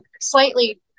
slightly